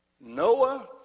Noah